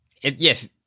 Yes